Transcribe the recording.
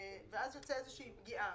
זה עניין יסף.